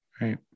Right